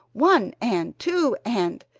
one and two and!